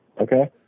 Okay